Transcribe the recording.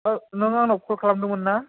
नों आंनाव कल खालामदोंमोनना